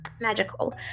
magical